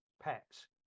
pets